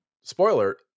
Spoiler